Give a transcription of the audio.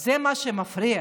הוא מה שמפריע